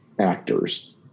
actors